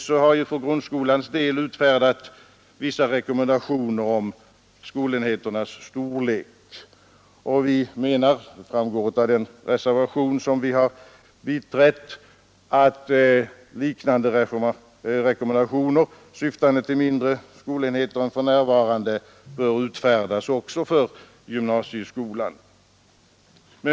SÖ har ju för grundskolans del utfärdat vissa rekommendationer om skolenheternas storlek. Av den reservation som vi biträtt framgår att vi menar att liknande rekommendationer syftande till mindre skolenheter än för närvarande bör utfärdas också för gymnasieskolan.